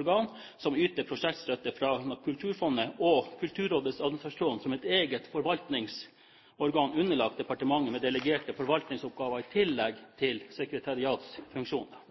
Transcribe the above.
organ som yter prosjektstøtte fra Kulturfondet, og Kulturrådets administrasjon som et eget forvaltningsorgan underlagt departementet med delegerte forvaltningsoppgaver i tillegg til sekretariatsfunksjoner.